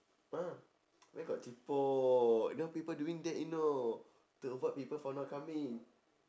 !huh! where got cheapo now people doing that you know to avoid people for not coming